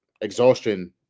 exhaustion